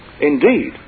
Indeed